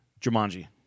Jumanji